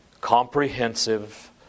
comprehensive